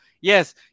Yes